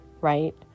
right